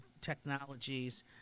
technologies